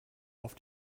auf